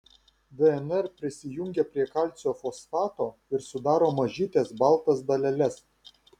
dnr prisijungia prie kalcio fosfato ir sudaro mažytes baltas daleles